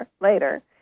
later